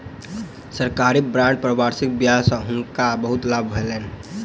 सरकारी बांड पर वार्षिक ब्याज सॅ हुनका बहुत लाभ भेलैन